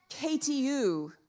KTU